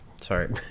Sorry